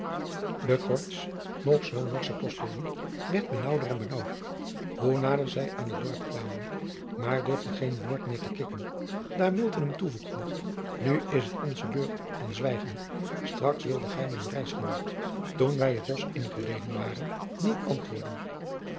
e korts nog zoo norsche ostiljon werd benaauwder en benaauwder hoe nader zij aan het dorp kwamen maar durfde geen woord meer te kikken daar hem toevoerde u is het onze beurt van zwijgen straks wilde gij mijn reisgenoot toen wij het bosch ingereden waren niet antwoorden